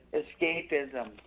escapism